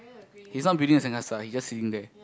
he's not building the sandcastle he just sitting there